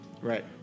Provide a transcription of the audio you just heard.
Right